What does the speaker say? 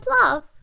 love